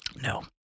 No